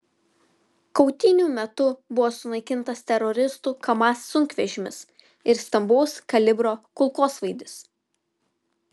kautynių metu buvo sunaikintas teroristų kamaz sunkvežimis ir stambaus kalibro kulkosvaidis